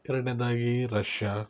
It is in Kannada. ಎರಡನೇದಾಗಿ ರಷ್ಯಾ